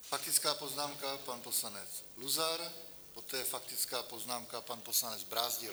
Faktická poznámka, pan poslanec Luzar, poté faktická poznámka, pan poslanec Brázdil.